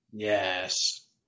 Yes